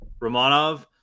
Romanov